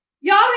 Y'all